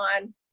on